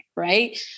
Right